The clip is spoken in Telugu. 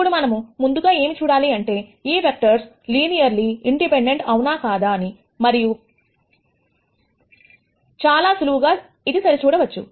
ఇప్పుడు మనం ముందుగా ఏమి చూడాలి అంటే ఈ వెక్టర్స్ లినియర్లీ ఇండిపెండెంట్ అవునా కాదా అని మరియు ఇది చాలా సులువుగా సరిచూడవచ్చు